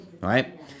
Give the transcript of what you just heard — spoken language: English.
right